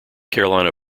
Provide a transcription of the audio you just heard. carolina